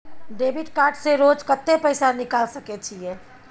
Debit card से रोज कत्ते पैसा निकाल सके छिये?